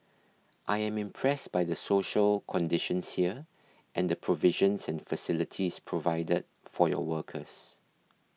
I am impressed by the social conditions here and the provisions and facilities provided for your workers